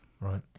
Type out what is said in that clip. Right